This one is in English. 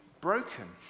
broken